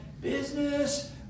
business